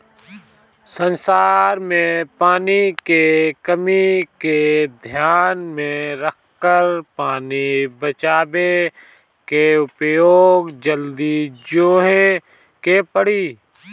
संसार में पानी के कमी के ध्यान में रखकर पानी बचवले के उपाय जल्दी जोहे के पड़ी